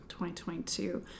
2022